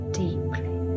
deeply